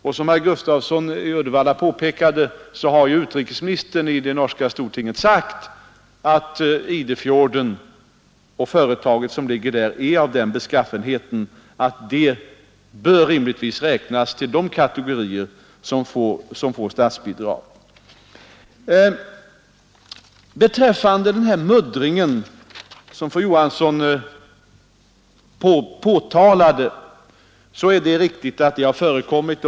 Såsom herr Gustafsson i Uddevalla påpekat har den norske utrikesministern i stortinget sagt att det företag som ligger vid Idefjorden är av den beskaffenheten att det rimligtvis bör räknas till de kategorier som får statsbidrag. Det är riktigt att den muddring som fru Johansson påtalade har förekommit.